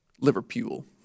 Liverpool